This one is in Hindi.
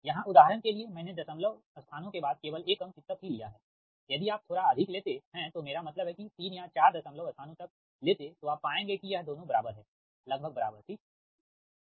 यहाँ उदाहरण के लिए मैंने दशमलव स्थानों के बाद केवल 1 अंक तक ही ले लिया है यदि आप थोड़ा अधिक लेते हैं तो मेरा मतलब है कि 3 या 4 दशमलव स्थानों तक लेते तो आप पाएंगे कि यह दोनों बराबर हैंलगभग बराबर ठीक